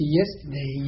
yesterday